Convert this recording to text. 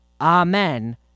amen